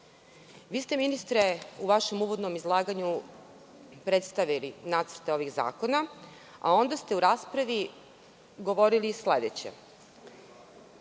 žive građani.U vašem uvodnom izlaganju ste predstavili nacrte ovih zakona, a onda ste u raspravi govorili sledeće